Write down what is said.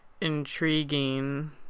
intriguing